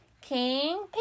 King